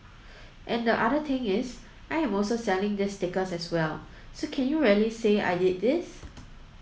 and the other thing is I'm also selling these stickers as well so can you really say I did these